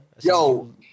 Yo